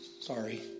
Sorry